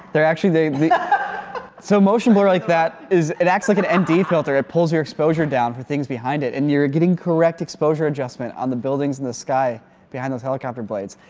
they're actually they so motion blur like that is it acts like an um nd filter. it pulls your exposure down for things behind it. and you're getting correct exposure adjustment on the buildings and the sky behind those helicopter blades.